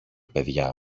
παιδιά